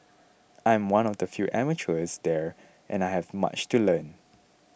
I am one of the few amateurs there and I have much to learn